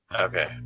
Okay